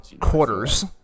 quarters